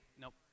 nope